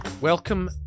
Welcome